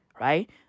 right